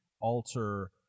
alter